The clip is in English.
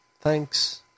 thanks